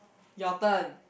your turn